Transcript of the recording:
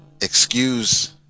excuse